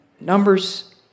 Numbers